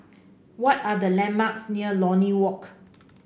what are the landmarks near Lornie Walk